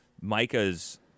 micah's